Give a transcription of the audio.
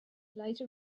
later